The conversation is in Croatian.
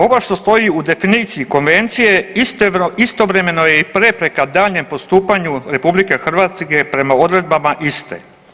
Ovo što stoji u definiciji konvencije istovremeno je i prepreka daljnjem postupanju RH prema odredbama iste.